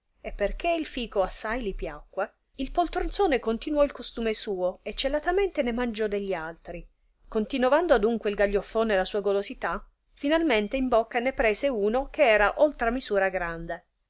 e perchè il fico assai li piacque il poltronzone continuò il costume suo e celatamente ne mangiò de gli altri continovando adunque il gaglioffone la sua golosità finalmente in bocca ne prese uno che era oltra misura grande